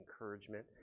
encouragement